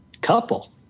Couple